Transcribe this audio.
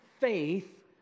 faith